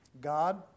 God